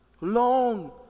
long